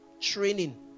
Training